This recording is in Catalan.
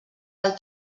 del